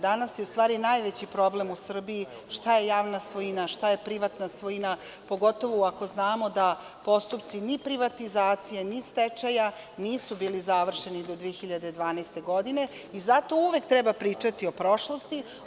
Danas je u stvari najveći problem u Srbiji šta je javna svojina, a šta je privatna svojina, pogotovo ako znamo da postupci ni privatizacije ni stečaja nisu bili završeni do 2012. godine i zato uvek treba pričati o prošlosti.